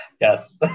Yes